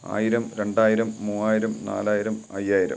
ആയിരം രണ്ടായിരം മൂവായിരം നാലായിരം അയ്യായിരം